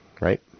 right